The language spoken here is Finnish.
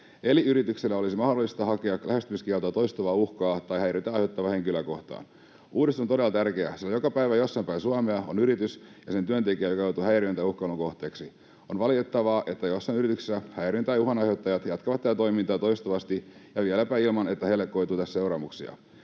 eli yrityksen olisi mahdollista hakea lähestymiskieltoon toistuvaa uhkaa tai häiriötä aiheuttava henkilö. Uudistus on todella tärkeä, sillä joka päivä jossain päin Suomea on yritys ja sen työntekijä, joka joutuu häiriön tai uhkailun kohteeksi. On valitettavaa, että joissain yrityksissä häiriön tai uhan aiheuttajat jatkavat tätä toimintaa toistuvasti ja vieläpä ilman, että heille koituu tästä seuraamuksia.